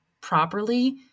properly